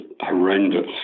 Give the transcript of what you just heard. horrendous